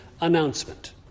announcement